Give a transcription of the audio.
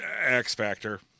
X-Factor